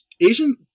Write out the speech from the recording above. Asian